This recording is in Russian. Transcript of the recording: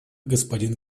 господин